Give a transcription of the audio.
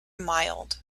mild